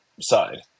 side